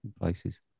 places